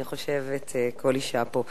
אני חושבת שאת כל אשה פה.